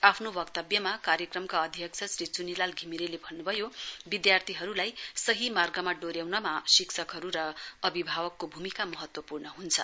आफ्नो वक्तव्यमा कार्यक्रमका अध्यक्ष श्री चुनिलाल घिमिरेले भन्नु भयो विद्यार्थीहरूलाई सही मार्गमा डोहो़्याउनमा शिक्षकहरू र अभिभावकहरूको भूमिका महत्वपूर्ण हुन्छ